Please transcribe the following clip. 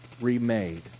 remade